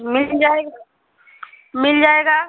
मिल जाए मिल जाएगा